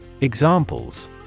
Examples